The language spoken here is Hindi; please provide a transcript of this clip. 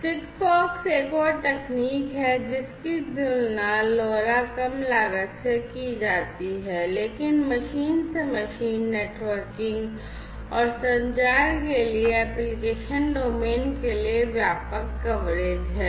SIGFOX एक और तकनीक है जिसकी तुलना LoRa कम लागत से की जाती है लेकिन मशीन से मशीन नेटवर्किंग और संचार के लिए एप्लिकेशन डोमेन के लिए व्यापक कवरेज है